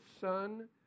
son